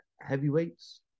heavyweights